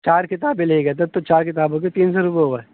چار کتابیں لے گا تھا تو چار کتابوں کے تین سوئے ہوا